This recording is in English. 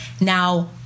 Now